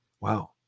Wow